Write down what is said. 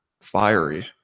fiery